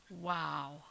Wow